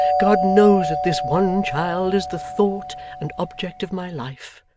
god knows that this one child is the thought and object of my life,